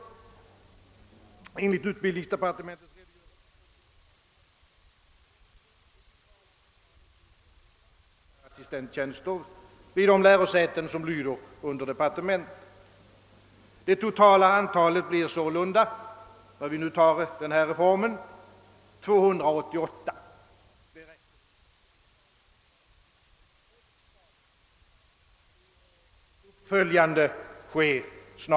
Enligt utbildningsdepartementets redogörelse för högre utbildning och forskning i Sverige finns det just nu 218 forskarassistenttjänster vid de lärosäten som lyder under depar tementet. Det totala antalet blir sålunda, om vi nu genomför denna reform, 288. Det räcker inte — det är alldeles för litet.